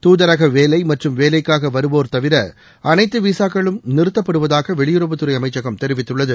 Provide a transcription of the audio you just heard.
தூதரக வேலை மற்றும் வேலைக்காக வருவோர் தவிர அனைத்து விசாக்களும் நிறுத்தப்படுவதாக வெளியுறவுத்துறை அமைச்சகம் தெரிவித்துள்ளது